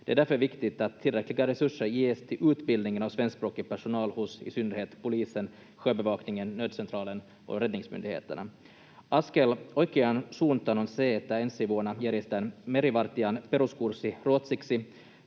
Det är därför viktigt att tillräckliga resurser ges till utbildningen av svenskspråkig personal hos i synnerhet polisen, sjöbevakningen, nödcentralen och räddningsmyndigheterna. Askel oikeaan suuntaan on se, että ensi vuonna järjestetään merivartijan peruskurssi ruotsiksi.